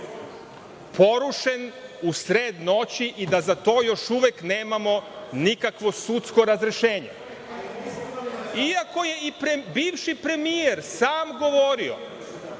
porušen u sred noći i da za to još uvek nemamo nikakvo sudsko razrešenje. Iako je bivši premijer samo govorio